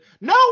No